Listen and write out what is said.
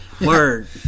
Word